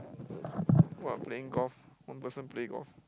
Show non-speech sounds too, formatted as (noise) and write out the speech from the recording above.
(noise) !wah! playing golf one person play golf